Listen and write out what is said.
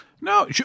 No